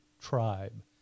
tribe